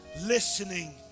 listening